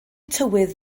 tywydd